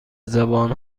زبان